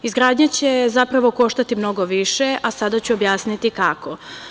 Izgradnja će zapravo koštati mnogo više, a sada ću objasniti kako.